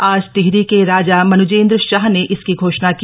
आज टिहरी का राजा मन्जेंद्र शाह ना इसकी घोषणा की